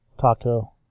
taco